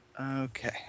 Okay